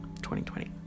2020